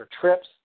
trips